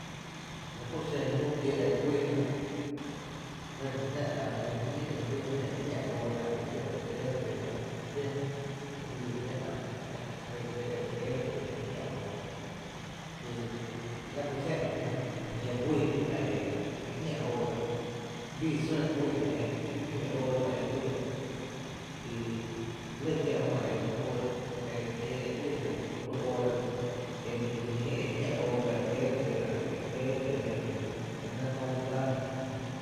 La kuro’ xen júú kiee’ e re güiina lyna jná ä’ dxi jïï e re güiina jñá óora ä’ kie’ dsí e re tééra dsira dxó e lii dsi a ä jyn dsira e re tééra dsira e jñá oora ki la ku xéna jná a jia’ guiina jná e jñá óora, bii sún guiina e jñóó óra ba e güiina e lɇ kiaa jö e kiee’ e güyyna bi ka juy óora la’ e bii dxi jïï e jñá óora ba e re tééra dsira e ä’ kie´re tééra dsira e jyn la nɇ köö dse dsáána jná.